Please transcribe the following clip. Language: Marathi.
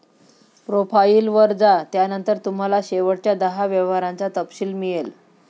प्रोफाइल वर जा, त्यानंतर तुम्हाला शेवटच्या दहा व्यवहारांचा तपशील मिळेल